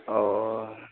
और